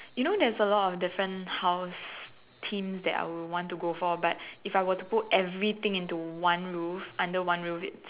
you know there's a lot of different house themes that I would want to go for but if I were to put everything into one roof under one roof it's